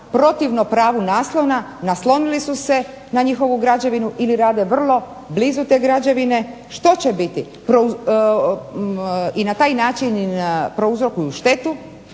protivnu pravu naslona naslonili su se na njihovu građevinu ili rade vrlo blizu te građevine. Što će biti? I na taj način im prouzrokuju štetu